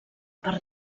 per